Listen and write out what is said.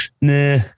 Nah